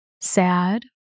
sad